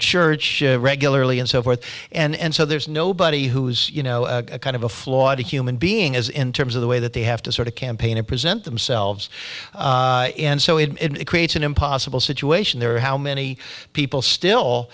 church regularly and so forth and so there's nobody who's you know kind of a flawed human being as in terms of the way that they have to sort of campaign and present themselves and so it creates an impossible situation there how many people still